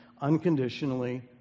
unconditionally